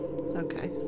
okay